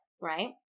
right